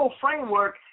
framework